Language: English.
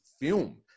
film